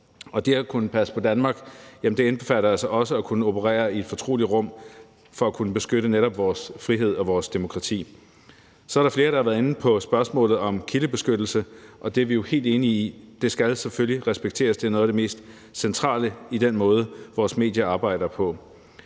Det at kunne passe på Danmark indbefatter altså også at kunne operere i et fortroligt rum – for at kunne beskytte netop vores frihed og vores demokrati. Så er der flere, der har været inde på spørgsmålet om kildebeskyttelse, og det er vi jo helt enige i. Det skal selvfølgelig respekteres; det er noget af det mest centrale i den måde, vores medier arbejder på.